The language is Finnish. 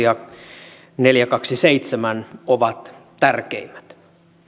ja neljäkymmentäkaksi piste seitsemän ovat tärkeimmät